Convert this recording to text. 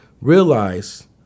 realize